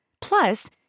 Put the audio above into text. Plus